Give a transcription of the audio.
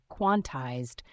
quantized